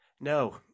No